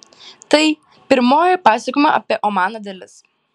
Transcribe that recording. tai pirmoji pasakojimo apie omaną dalis